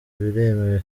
biremewe